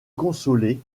consoler